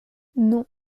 non